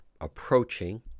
approaching